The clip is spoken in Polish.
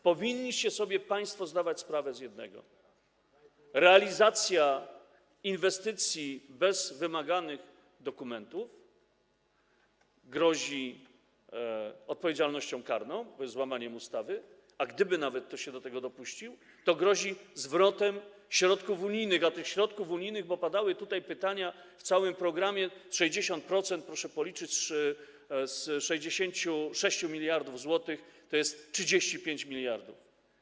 Powinniście sobie państwo zdawać sprawę z jednego: realizacja inwestycji bez wymaganych dokumentów grozi odpowiedzialnością karną, bo jest złamaniem ustawy, a gdyby ktoś się tego dopuścił, grozi zwrotem środków unijnych, a tych środków unijnych, bo padały tutaj takie pytania, w całym programie jest 60%, proszę policzyć, z 66 mld zł to jest 35 mld.